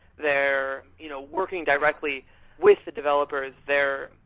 they're you know working directly with the developers there,